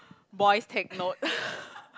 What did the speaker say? boys take note